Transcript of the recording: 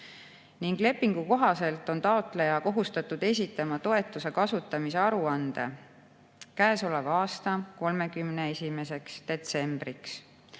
Lepingu kohaselt on taotleja kohustatud esitama toetuse kasutamise aruande käesoleva aasta 31. detsembriks.